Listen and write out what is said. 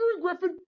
Griffin